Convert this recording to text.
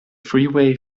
freeway